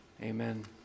Amen